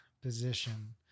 position